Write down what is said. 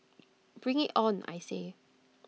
bring IT on I say